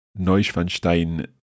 Neuschwanstein